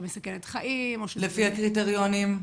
מסכנת חיים --- לפי הקריטריונים?